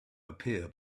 appear